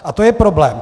A to je problém.